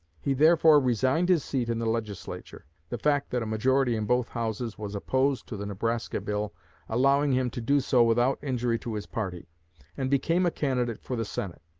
he therefore resigned his seat in the legislature the fact that a majority in both houses was opposed to the nebraska bill allowing him to do so without injury to his party and became a candidate for the senate.